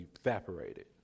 evaporated